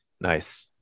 nice